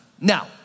Now